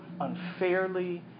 unfairly